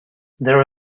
there